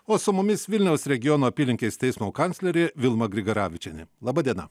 o su mumis vilniaus regiono apylinkės teismo kanclerė vilma grigaravičienė laba diena